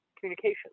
communication